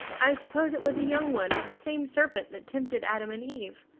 i suppose it was a young one of the same serpent that tempted adam and eve.